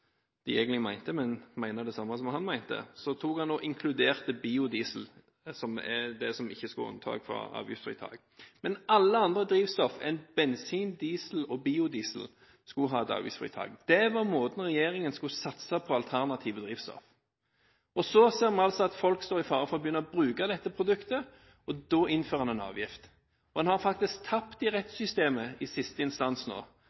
de egentlig mente – mene det samme som han mente – inkluderte han biodiesel i det som ikke skulle ha avgiftsfritak. Alle andre drivstoff enn bensin, diesel og biodiesel skulle ha avgiftsfritak. Det var måten regjeringen skulle satse på alternative drivstoff på. Vi så altså at folk sto i fare for å begynne å bruke dette produktet, og da innførte han en avgift. Han har faktisk tapt i rettssystemet i siste instans nå.